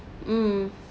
mm